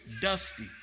dusty